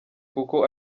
kuko